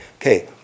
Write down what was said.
Okay